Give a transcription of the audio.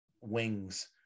wings